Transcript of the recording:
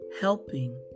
helping